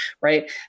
right